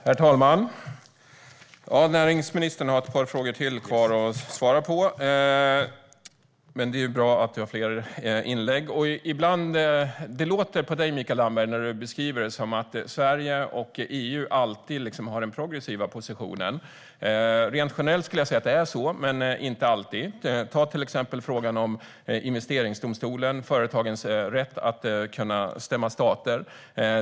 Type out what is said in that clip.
Herr talman! Näringsministern har ett par frågor kvar att svara på, men det är bra att vi har fler inlägg. Det låter på dig, Mikael Damberg, som att Sverige och EU alltid har den progressiva positionen. Rent generellt skulle jag säga att det är så, men inte alltid. Ta till exempel frågan om investeringsdomstolen, företagens rätt att stämma stater.